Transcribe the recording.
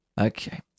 Okay